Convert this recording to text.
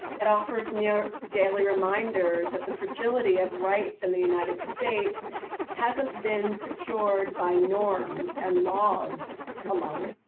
it offers near daily reminders of the fragility of rights and the united states hasn't been secured by norms and laws alone,